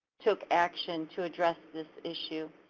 took action to address this issue.